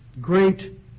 great